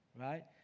Right